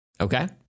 Okay